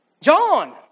John